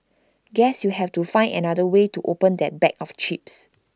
guess you have to find another way to open that bag of chips